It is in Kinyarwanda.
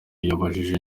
yabajijwe